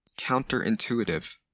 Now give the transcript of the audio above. counterintuitive